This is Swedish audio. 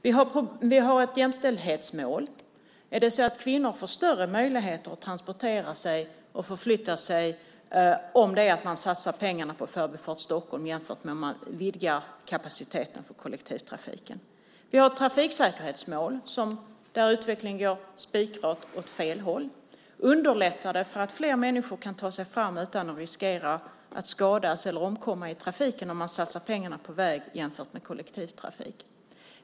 Vi har ett jämställdhetsmål. Får kvinnor större möjligheter att transportera och förflytta sig om man satsar pengarna på Förbifart Stockholm jämfört med att öka kapaciteten i kollektivtrafiken? Vi har trafiksäkerhetsmål där utvecklingen går spikrakt åt fel håll. Underlättar det för fler människor att ta sig fram utan att riskera att skadas eller omkomma i trafiken om man satsar pengarna på vägar jämfört med att satsa dem på kollektivtrafiken?